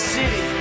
City